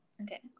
Okay